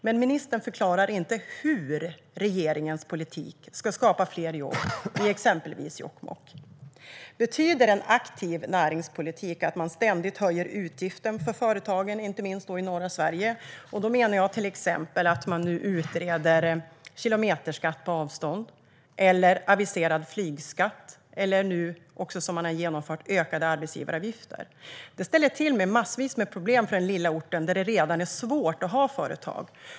Men ministern förklarar inte hur regeringens politik ska skapa fler jobb i exempelvis Jokkmokk. Betyder en aktiv näringspolitik att ständigt höja utgiften för företagen, inte minst i norra Sverige? Då menar jag till exempel kilometerskatt på avstånd som nu utreds, aviserad flygskatt eller, som har genomförts, ökade arbetsgivaravgifter. Det ställer till med massvis med problem för den lilla orten där det redan är svårt att ha företag.